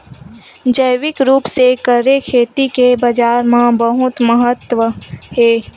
जैविक रूप से करे खेती के बाजार मा बहुत महत्ता हे